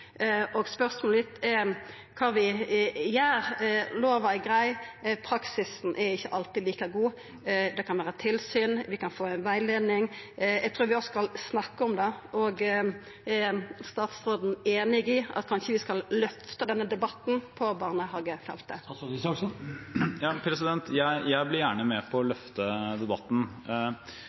Spørsmålet mitt er kva vi gjer. Lova er grei, men praksisen er ikkje alltid like god. Det kan vera tilsyn, og ein kan få rettleiing. Eg trur vi skal snakka om det. Er statsråden einig i at vi kanskje skal løfta denne debatten på barnehagefeltet? Jeg blir gjerne med på å løfte debatten.